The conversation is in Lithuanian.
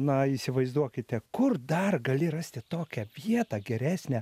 na įsivaizduokite kur dar gali rasti tokią vietą geresnę